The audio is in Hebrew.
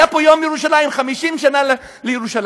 היה פה יום ירושלים, 50 שנה לירושלים.